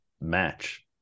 match